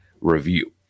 review